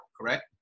correct